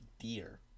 deer